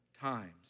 times